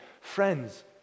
friends